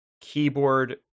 keyboard